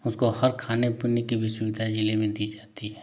उसको हर खाने पीने की भी सुविधा ज़िले में दी जाती है